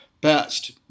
best